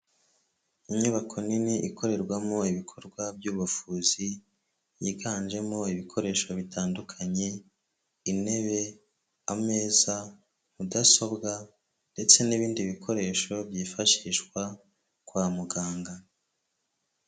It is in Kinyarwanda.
Inyubako nini ikorerwamo ibikorwa by'ubuvuzi, yiganjemo ibikoresho bitandukanye; intebe, ameza, mudasobwa ndetse n'ibindi bikoresho byifashishwa kwa muganga.